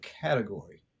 category